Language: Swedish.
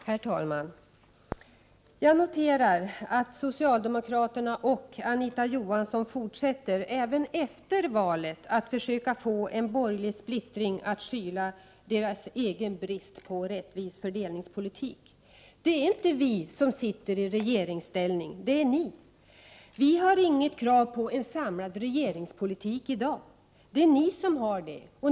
Herr talman! Jag noterar att socialdemokraterna och Anita Johansson även efter valet fortsätter att försöka få till stånd en borgerlig splittring för att skyla över sin egen brist på rättvis fördelningspolitik. Det är inte vi som sitter i regeringsställning. Det är ni! Vi har inget krav på att vi skall ha en samlad regeringspolitik i dag. Det är ni som har det.